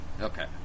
Okay